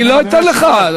לא אתן לך.